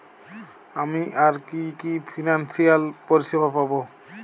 আমি আর কি কি ফিনান্সসিয়াল পরিষেবা পাব?